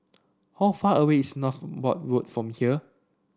how far away is Northolt Road from here